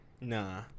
Nah